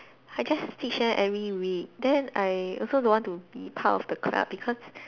I just teach them every week then I also don't want to be part of the club because